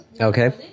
Okay